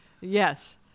yes